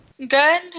Good